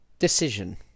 Decision